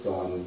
on